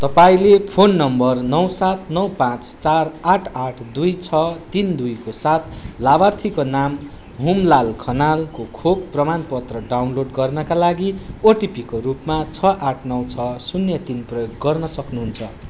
तपाईँँले phone number नौ सात नौ पाँच चार आठ आठ दुई छ तिन दुईको साथ लाभार्थीको नाम हुमलाल खनालको खोप प्रमानपत्र डाउनलोड गर्नाका लागि ओटिपीको रूपमा छ आठ नौ छ शून्य तिन प्रयोग गर्न सक्नुहुन्छ